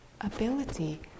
ability